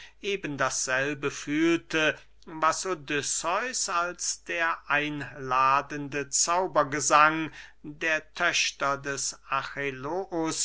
eben dasselbe fühlte was odysseus als der einladende zaubergesang der töchter des